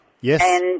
Yes